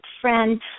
friend